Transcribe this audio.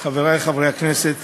ובשם חברי חבר הכנסת